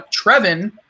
Trevin